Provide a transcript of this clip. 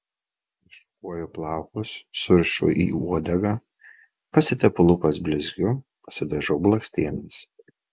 iššukuoju plaukus surišu į uodegą pasitepu lūpas blizgiu pasidažau blakstienas